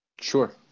Sure